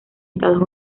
estados